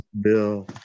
Bill